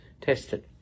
tested